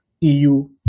EU